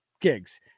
gigs